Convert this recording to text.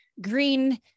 green